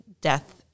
death